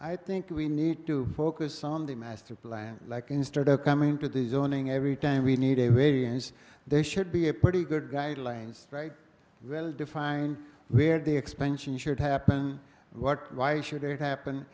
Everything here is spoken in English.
i think we need to focus on the master plan like instead of coming to the zoning every time we need a variance there should be a pretty good guidelines define where the expansion should happen what why should it happen